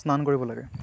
স্নান কৰিব লাগে